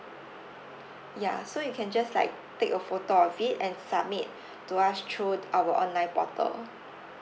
ya so you can just like take a photo of it and submit to us through our online portal